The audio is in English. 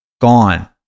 gone